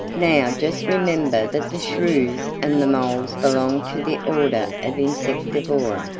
now just remember that the shrews and the moles belong to the order of insectivora,